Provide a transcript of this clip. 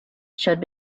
showed